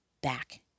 back